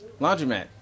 Laundromat